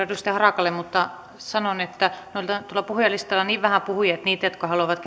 edustaja harakalle mutta sanon että tuolla puhujalistalla on niin vähän puhujia että ne jotka haluavat